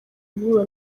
guhura